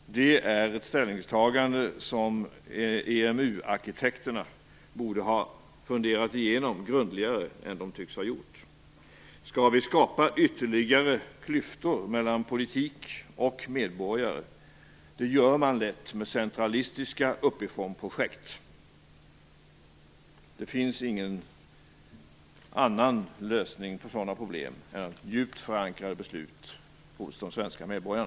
Det är ett ställningstagande som EMU arkitekterna borde ha funderat igenom grundligare än de tycks ha gjort. Skall vi skapa ytterligare klyftor mellan politik och medborgare? Det gör man lätt med centralistiska uppifrån-projekt. Det finns ingen annan lösning på sådana problem än beslut som är djupt förankrade hos de svenska medborgarna.